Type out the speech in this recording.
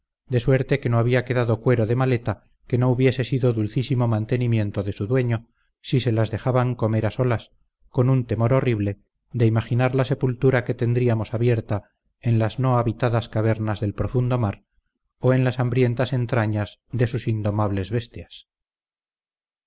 de suerte que no había quedado cuero de maleta que no hubiese sido dulcísimo mantenimiento de su dueño si se las dejaban comer a solas con un temor horrible de imaginar la sepultura que teníamos abierta en las no habitadas cavernas del profundo mar o en las hambrientas entrañas de sus indomables bestias